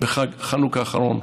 בחג החנוכה האחרון